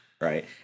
Right